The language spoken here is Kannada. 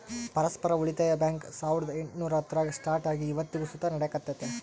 ಪರಸ್ಪರ ಉಳಿತಾಯ ಬ್ಯಾಂಕ್ ಸಾವುರ್ದ ಎಂಟುನೂರ ಹತ್ತರಾಗ ಸ್ಟಾರ್ಟ್ ಆಗಿ ಇವತ್ತಿಗೂ ಸುತ ನಡೆಕತ್ತೆತೆ